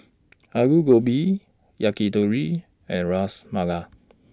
Alu Gobi Yakitori and Ras Malai